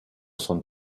son